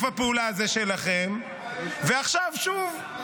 הפעולה הזה שלכם ------ ואז עכשיו שוב,